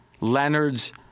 Leonard's